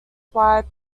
swire